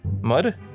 Mud